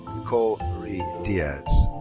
nicole marie diaz.